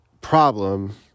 problem